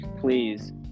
please